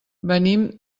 venim